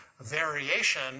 variation